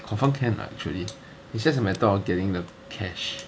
confirm can lah actually it's just a matter of getting the cash